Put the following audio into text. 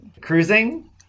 cruising